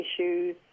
issues